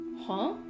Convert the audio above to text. Huh